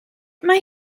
mae